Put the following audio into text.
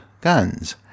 guns